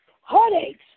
heartaches